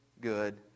good